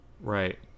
Right